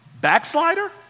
Backslider